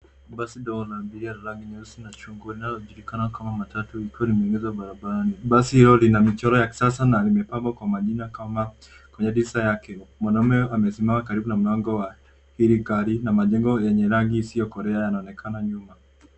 Basi ndogo la abiria la rangi nyeusi na chungwa linalojulikana kama matatu likiwa limeegeshwa barabarani. Basi hilo lina michoro ya kisasa na limepangwa kwa majina kama kwenye dirisha yake. Mwanuame amesimama karibu na mlango wa hili gari na majengo yenye rangi isiyokolea yanaonekana nyuma.